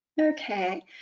Okay